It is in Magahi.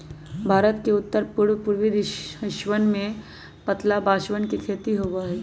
भारत के उत्तर और पूर्वी हिस्सवन में पतला बांसवन के खेती होबा हई